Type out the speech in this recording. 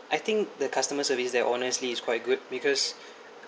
I think the customer service there honestly is quite good because